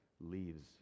leaves